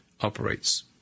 operates